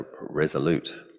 resolute